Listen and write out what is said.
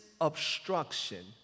obstruction